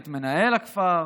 את מנהל הכפר,